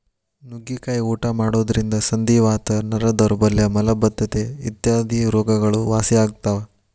ನುಗ್ಗಿಕಾಯಿ ಊಟ ಮಾಡೋದ್ರಿಂದ ಸಂಧಿವಾತ, ನರ ದೌರ್ಬಲ್ಯ ಮಲಬದ್ದತೆ ಇತ್ಯಾದಿ ರೋಗಗಳು ವಾಸಿಯಾಗ್ತಾವ